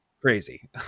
crazy